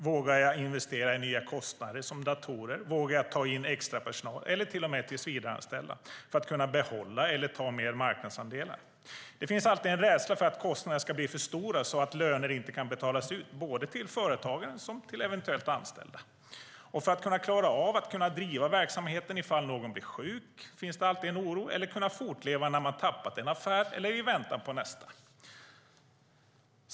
Vågar jag investera i nya kostnader, till exempel datorer? Vågar jag ta in extrapersonal eller till och med tillsvidareanställa för att kunna behålla eller ta mer marknadsandelar? Det finns alltid en rädsla för att kostnaderna ska bli för stora så att löner inte kan betalas ut till både företagaren och eventuella anställda. Det finns alltid en oro för att klara av att driva verksamheten om någon blir sjuk, fortleva när man har tappat en affär eller i väntan på nästa affär.